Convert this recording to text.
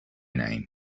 name